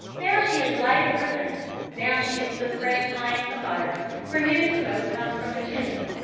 now she has lighted her lamp, now she has put fresh pine on the fire, for new smoke comes from the chimney.